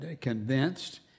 convinced